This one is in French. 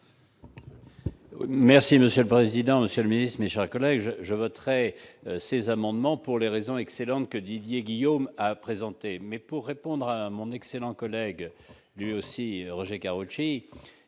monsieur le président Monsieur Luis, mes chers collèges, je voterai ces amendements pour les raisons excellente que Didier Guillaume, a présenté, mais pour répondre à mon excellent collègue lui aussi Roger Karoutchi